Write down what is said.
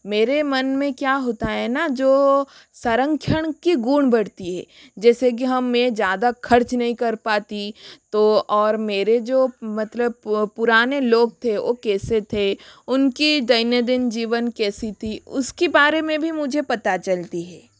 मेरे मन में क्या होता हैं न जो संरक्षण की गुण बढ़ती है जैसे कि हम मैं ज़्यादा खर्च नहीं कर पाती तो और मेरे जो मतलब पुराने लोग थे ओ कैसे थे उनके दैनिक जीवन कैसी थी उसकी बारे मे भी मुझे पता चलती है